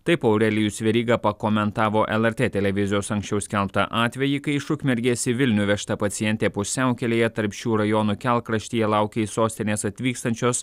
taip aurelijus veryga pakomentavo lrt televizijos anksčiau skelbtą atvejį kai iš ukmergės į vilnių vežta pacientė pusiaukelėje tarp šių rajonų kelkraštyje laukė sostinės atvykstančios